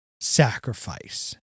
sacrifice